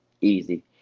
easy